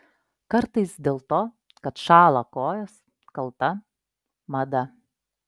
kartais dėl to kad šąla kojos kalta mada